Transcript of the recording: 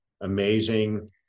amazing